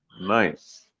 Nice